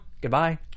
Goodbye